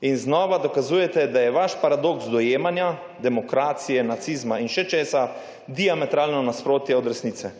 In znova dokazujete, da je vaš paradoks dojemanja demokracije, nacizma in še česa diametralno nasprotje od resnice.